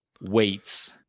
weights